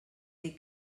dir